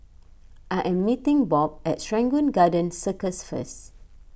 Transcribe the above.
I am meeting Bob at Serangoon Garden Circus first